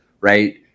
right